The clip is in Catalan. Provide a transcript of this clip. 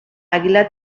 àguila